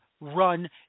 run